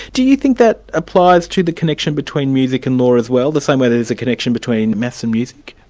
do you think that applies to the connection between music and law as well, the same way there's a connection between maths and music?